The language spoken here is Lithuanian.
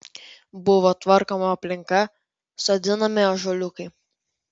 buvo tvarkoma aplinka sodinami ąžuoliukai